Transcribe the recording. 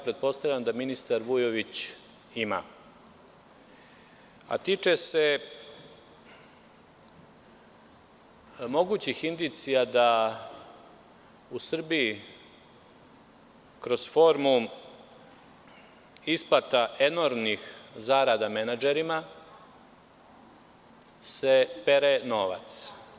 Pretpostavljam da ministar Vujović ima, a tiče se mogućih indicija da u Srbiji kroz formu isplata enormnih zarada menadžerima se pere novac.